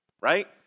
right